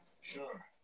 Sure